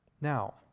Now